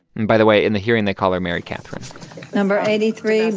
and by the way, in the hearing, they call her mary katherine number eighty three,